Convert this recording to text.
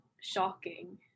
shocking